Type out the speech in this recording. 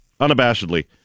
unabashedly